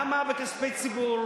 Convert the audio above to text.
למה בכספי ציבור,